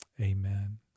Amen